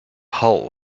hull